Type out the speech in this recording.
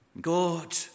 God